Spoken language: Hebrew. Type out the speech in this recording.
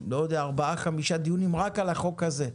לא יודע ארבעה-חמישה דיונים רק על החוק הזה.